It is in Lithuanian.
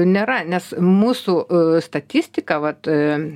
nėra nes mūsų statistika vat